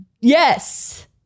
Yes